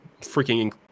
freaking